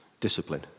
discipline